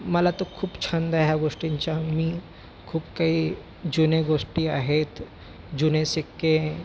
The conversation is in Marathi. मला तर खूप छंद आहे ह्या गोष्टींचा मी खूप काही जुने गोष्टी आहेत जुने शिक्के